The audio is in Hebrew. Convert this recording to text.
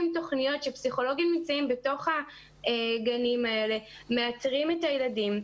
תוכניות כאשר פסיכולוגים נמצאים האלה מאתרים את הילדים,